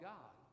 God